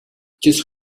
just